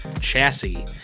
chassis